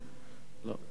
לא.